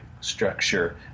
structure